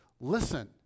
listen